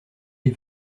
les